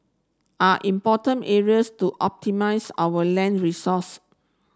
are important areas to optimise our land resource